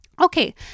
Okay